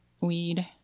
weed